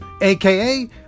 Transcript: aka